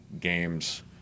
games